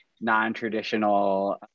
non-traditional